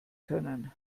können